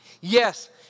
Yes